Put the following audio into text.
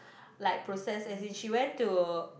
like process as in she went to